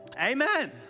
amen